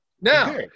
Now